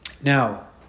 Now